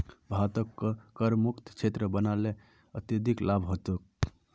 भारतक करमुक्त क्षेत्र बना ल अत्यधिक लाभ ह तोक